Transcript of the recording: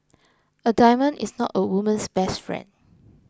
a diamond is not a woman's best friend